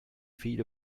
feet